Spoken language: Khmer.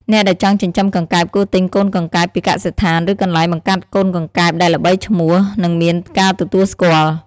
អ្នកដែលចង់ចិញ្ចឹមកង្កែបគួរទិញកូនកង្កែបពីកសិដ្ឋាន ឬកន្លែងបង្កាត់កូនកង្កែបដែលល្បីឈ្មោះ និងមានការទទួលស្គាល់។